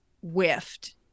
whiffed